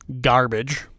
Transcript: garbage